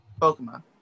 Pokemon